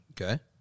Okay